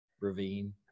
Ravine